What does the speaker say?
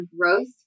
growth